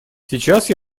сейчас